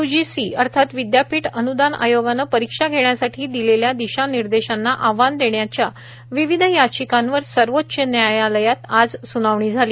UGC अर्थात विदयापीठ अनुदान आयोगानं परीक्षा घेण्यासाठी दिलेल्या दिशानिर्देशांना आव्हान देण्याच्या विविध याचिकांवर सर्वोच्च न्यायालयात आज सुनावणी झाली